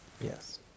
Yes